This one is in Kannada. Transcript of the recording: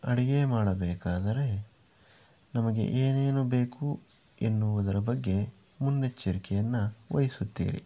ಅಡುಗೆ ಮಾಡಬೇಕಾದರೆ ನಮಗೆ ಏನೇನು ಬೇಕು ಎನ್ನುವುದರ ಬಗ್ಗೆ ಮುನ್ನೆಚ್ಚರಿಕೆಯನ್ನು ವಹಿಸುತ್ತೀರಿ